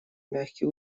мягкий